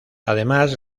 además